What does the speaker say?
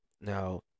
Now